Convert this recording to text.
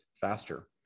faster